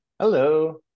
Hello